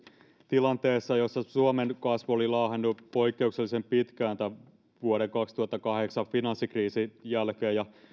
tilanteessa jossa suomen kasvu oli laahannut poikkeuksellisen pitkään tämän vuoden kaksituhattakahdeksan finanssikriisin jälkeen